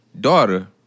daughter